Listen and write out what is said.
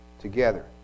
Together